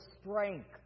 strength